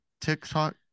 TikTok